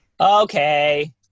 Okay